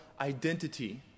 identity